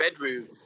bedroom